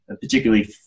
particularly